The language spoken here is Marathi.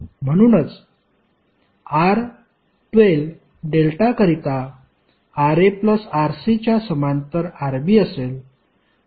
म्हणूनच R12 डेल्टा करिता RaRc च्या समांतर Rb असेल